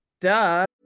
duh